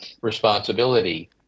responsibility